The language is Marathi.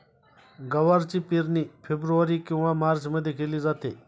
गवारची पेरणी फेब्रुवारी किंवा मार्चमध्ये केली जाते